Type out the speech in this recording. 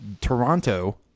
Toronto